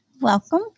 Welcome